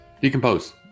decompose